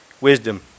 wisdom